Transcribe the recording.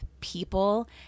people